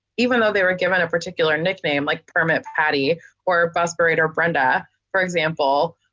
even though they were given a particular nickname like permit patti or bus operator brenda, for example,